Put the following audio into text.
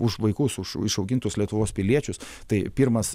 už vaikus už išaugintus lietuvos piliečius tai pirmas